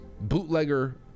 bootlegger